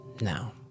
now